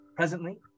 Presently